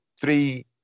three